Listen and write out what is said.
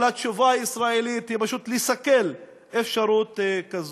אבל התשובה הישראלית היא פשוט לסכל אפשרות כזאת.